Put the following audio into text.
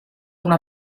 una